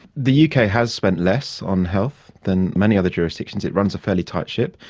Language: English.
the uk has spent less on health than many other jurisdictions. it runs a fairly tight ship.